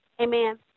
Amen